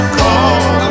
call